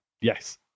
Yes